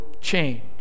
change